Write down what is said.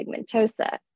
pigmentosa